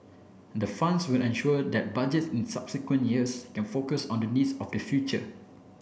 the funds will ensure that Budgets in subsequent years can focus on the needs of the future